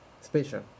special